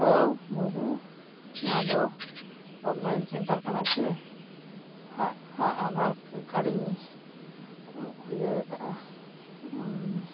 ᱵᱟᱹᱵᱩ ᱱᱚᱶᱟ ᱫᱚ ᱚᱱᱞᱟᱭᱤᱱ ᱥᱮᱱᱴᱟᱨ ᱠᱟᱱᱟ ᱥᱮ ᱟᱫᱷᱟᱨ ᱠᱟᱨᱰ ᱤᱧ ᱤᱭᱟᱹ ᱠᱟᱜᱼᱟ